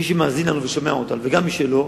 מי שמאזין לנו ושומע אותנו, וגם מי שלא,